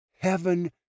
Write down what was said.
Heaven